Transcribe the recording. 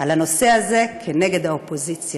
על הנושא הזה, נגד האופוזיציה.